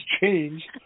change